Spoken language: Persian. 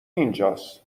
اینجاس